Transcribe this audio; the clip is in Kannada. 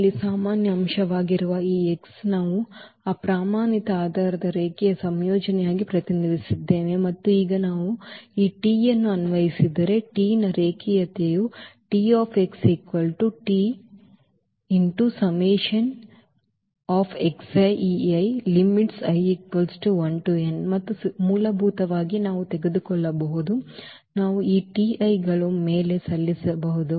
ನಲ್ಲಿ ಸಾಮಾನ್ಯ ಅಂಶವಾಗಿರುವ ಈ x ನಾವು ಆ ಪ್ರಮಾಣಿತ ಆಧಾರದ ರೇಖೀಯ ಸಂಯೋಜನೆಯಾಗಿ ಪ್ರತಿನಿಧಿಸಿದ್ದೇವೆ ಮತ್ತು ಈಗ ನಾವು ಈ T ಅನ್ನು ಅನ್ವಯಿಸಿದರೆ T ಯ ರೇಖೀಯತೆಯು ಮತ್ತು ಮೂಲಭೂತವಾಗಿ ನಾವು ತೆಗೆದುಕೊಳ್ಳಬಹುದು ನಾವು ಈ Ti ಗಳ ಮೇಲೆ ಸಲ್ಲಿಸಬಹುದು